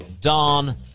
Don